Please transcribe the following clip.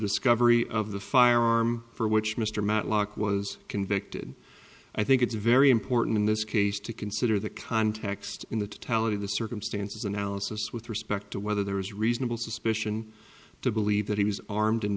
discovery of the firearm for which mr matlock was convicted i think it's very important in this case to consider the context in the tally the circumstances analysis with respect to whether there is reasonable suspicion to believe that he was armed and